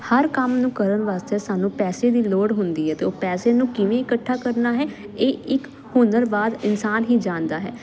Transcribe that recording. ਹਰ ਕੰਮ ਨੂੰ ਕਰਨ ਵਾਸਤੇ ਸਾਨੂੰ ਪੈਸੇ ਦੀ ਲੋੜ ਹੁੰਦੀ ਹੈ ਤੇ ਉਹ ਪੈਸੇ ਨੂੰ ਕਿਵੇਂ ਇਕੱਠਾ ਕਰਨਾ ਹੈ ਇਹ ਇਕ ਹੁਨਰ ਬਾਅਦ ਇਨਸਾਨ ਹੀ ਜਾਣਦਾ ਹੈ